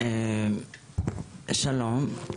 שלום,